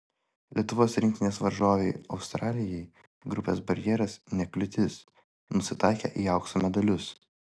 lietuvos rinktinės varžovei australijai grupės barjeras ne kliūtis nusitaikė į aukso medalius